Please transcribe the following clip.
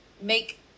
make